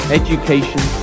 education